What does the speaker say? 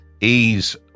ease